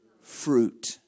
fruit